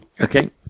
okay